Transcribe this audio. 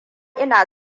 ina